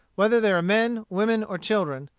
whether they were men, women, or children,